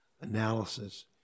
analysis